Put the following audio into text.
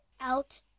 out